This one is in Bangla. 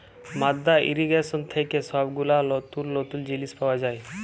মাদ্দা ইর্রিগেশন থেক্যে সব গুলা লতুল লতুল জিলিস পাওয়া যায়